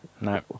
No